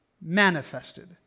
manifested